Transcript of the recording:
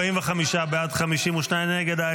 45 בעד, 52 נגד.